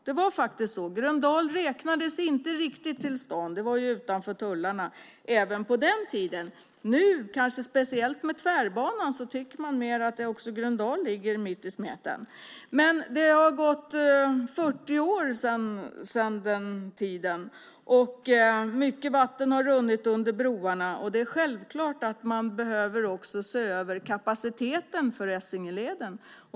Det var faktiskt så att Gröndal inte riktigt räknades till stan. Det låg ju utanför tullarna även på den tiden. Nu, kanske speciellt tack vare Tvärbanan, tycker man mer att också Gröndal ligger mitt i smeten. Men det har gått 40 år sedan den tiden. Mycket vatten har runnit under broarna. Det är självklart att man också behöver se över kapaciteten för Essingeleden.